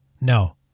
No